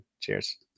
Cheers